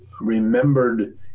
remembered